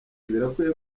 birakwiye